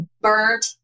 burnt